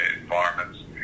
environments